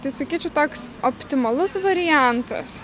tai sakyčiau toks optimalus variantas